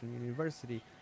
University